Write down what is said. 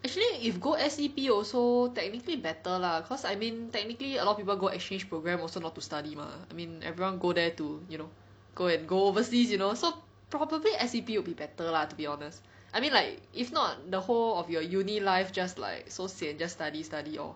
actually if go S_E_P also technically better lah cause I mean technically a lot of people go exchange programme also not to study mah I mean everyone go there to you know go and go overseas you know so probably S_E_P will be better lah to be honest I mean like if not the whole of your uni life just like so sian just study study orh